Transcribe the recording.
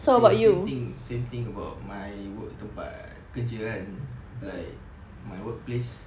same same thing same thing about my work tempat kerja err like my workplace